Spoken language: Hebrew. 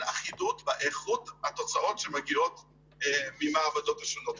אחידות באיכות התוצאות שמגיעות מהמעבדות השונות.